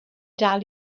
dal